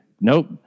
Nope